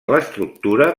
l’estructura